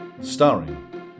Starring